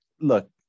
Look